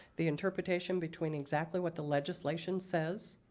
the interpretation between exactly what the legislation says,